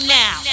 now